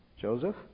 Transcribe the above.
Joseph